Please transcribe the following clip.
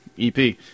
EP